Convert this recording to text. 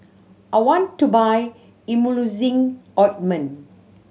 I want to buy Emulsying Ointment